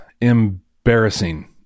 embarrassing